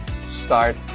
Start